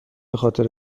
خاطر